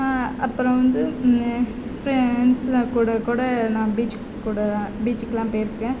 அப்புறம் வந்து ஃப்ரெண்ட்ஸுயெலாம் கூட கூட நாங்கள் பீச்சி கூட பீச்சுக்குலாம் போயிருக்கேன்